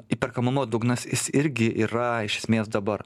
įperkamumo dugnas jis irgi yra iš esmės dabar